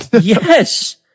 yes